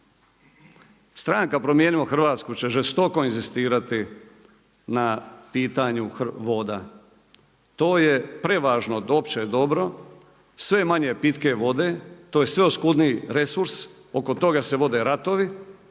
Stranka Promijenimo Hrvatsku će se žestoko inzistirati na pitanju voda. To je prevažno opće dobro, sve manje pitke vode, to je sve oskudniji resurs, oko toga se vode ratovi,